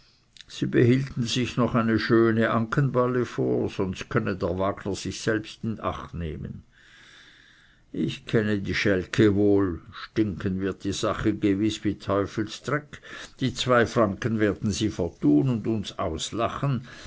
sie behielten sich noch eine schöne ankenballe vor sonst könne der wagner sich selbst in acht nehmen ich kenne die schälke wohl stinken wird ihre sache gewiß wie teufelsdreck die zwei franken werden sie vertun und uns auslachen